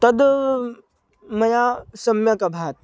तद् मया सम्यक् अभात्